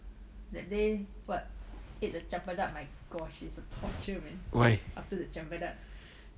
why